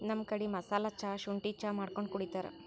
ನಮ್ ಕಡಿ ಮಸಾಲಾ ಚಾ, ಶುಂಠಿ ಚಾ ಮಾಡ್ಕೊಂಡ್ ಕುಡಿತಾರ್